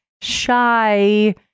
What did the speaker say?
shy